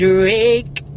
Drake